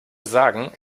sagen